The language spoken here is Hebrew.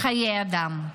חיי אדם.